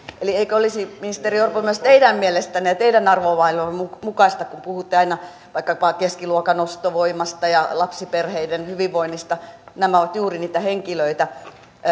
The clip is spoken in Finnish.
eikö tämä olisi ministeri orpo myös teille mieleistä ja teidän arvomaailmanne mukaista kun puhutte aina vaikkapa keskiluokan ostovoimasta ja lapsiperheiden hyvinvoinnista nämä ovat juuri niitä henkilöitä